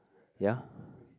ya